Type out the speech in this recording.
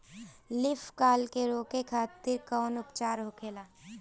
Leaf curl के रोके खातिर कउन उपचार होखेला?